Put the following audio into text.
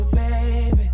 baby